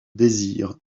désire